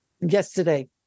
yesterday